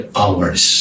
hours